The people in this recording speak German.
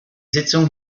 sitzung